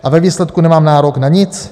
A ve výsledku nemám nárok na nic?